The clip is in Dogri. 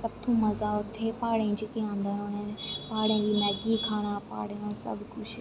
सब तो मजा उत्थें प्हाड़ें च गै औंदा रौहने दा प्हाड़ें दी मैगी खाना सब कुछ